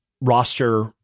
roster